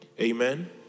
Amen